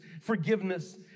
forgiveness